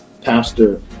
Pastor